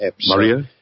Maria